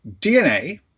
DNA